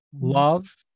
love